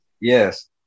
Yes